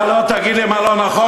אתה לא תגיד לי מה לא נכון,